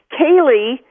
Kaylee